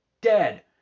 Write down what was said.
dead